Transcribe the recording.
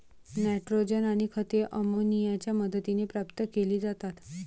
nitrogen आणि खते अमोनियाच्या मदतीने प्राप्त केली जातात